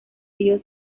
río